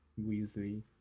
Weasley